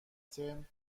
ترم